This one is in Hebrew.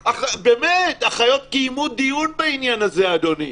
באמת, החיות קיימו דיון בעניין הזה, אדוני.